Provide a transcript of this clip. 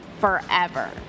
forever